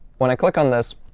when i click on this,